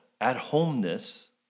at-homeness